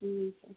ठीक है